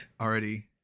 already